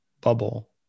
Bubble